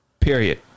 Period